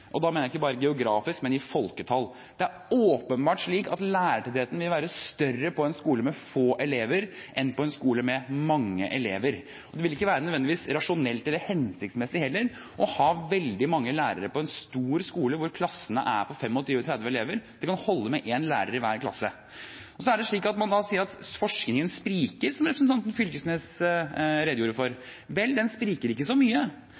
og da mener jeg ikke bare geografisk, men i folketall. Det er åpenbart slik at lærertettheten vil være større på en skole med få elever enn på en skole med mange elever, og det ville ikke nødvendigvis være rasjonelt eller hensiktsmessig heller å ha veldig mange lærere på en stor skole, hvor klassene er på 25–30 elever, det kan holde med én lærer i hver klasse. Så kan man si at forskningen spriker, som representanten Knag Fylkesnes redegjorde for. Vel, den spriker ikke så mye